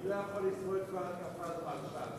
אני לא יכול לסבול את כל ההתקפה הזאת על ש"ס.